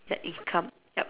ya income yup